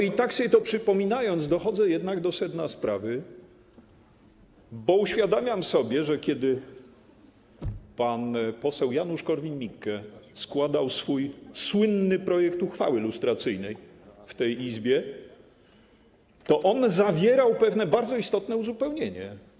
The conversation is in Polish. I tak sobie to przypominając, dochodzę jednak do sedna sprawy, bo uświadamiam sobie, że kiedy pan poseł Janusz Korwin-Mikke składał swój słynny projekt uchwały lustracyjnej w tej Izbie, to zawierał on pewne bardzo istotne uzupełnienie.